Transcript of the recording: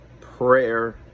prayer